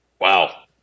Wow